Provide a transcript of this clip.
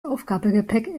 aufgabegepäck